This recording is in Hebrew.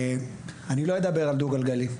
אני לא אדבר על דו גלגלי,